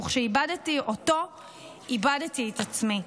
וכשאיבדתי אותו איבדתי את עצמי.